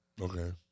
Okay